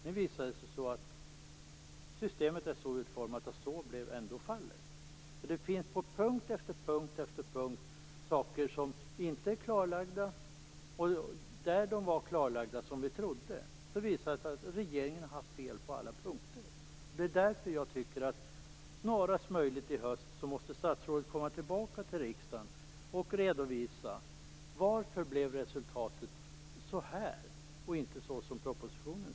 Nu visar det sig att systemet är så utformat att så ändå blev fallet. Det finns på punkt efter punkt saker som inte är klarlagda. Sådant som vi trodde var klarlagt visar sig vara felaktigt. Regeringen har haft fel på alla punkter. Det är därför jag tycker att statsrådet snarast möjligt i höst skall komma tillbaka till riksdagen och redovisa varför resultatet blev som det blev, och inte på det sätt som angavs i propositionen.